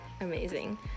Amazing